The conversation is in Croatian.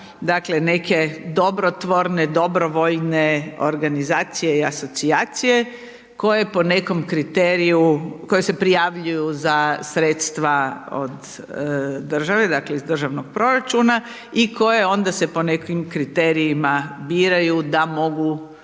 neke dobrotvorne, dobrovoljne organizacije i asocijacije, koje po nekom kriteriju, koji se prijavljuju za sredstva od države, dakle, iz državnog proračuna i koje onda se po nekim kriterijima biraju da mogu